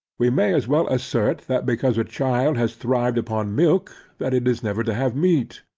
we may as well assert that because a child has thrived upon milk, that it is never to have meat,